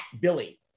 Billy